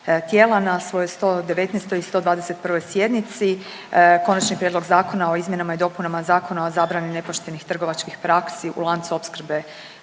na svojoj 119. i 121. sjednici Konačni prijedlog Zakona o izmjenama i dopunama Zakona o zabrani nepoštenih trgovačkih praksi u lancu opskrbe